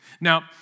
Now